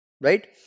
Right